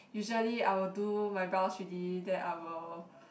usually I will do my brows already then I will